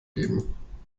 geben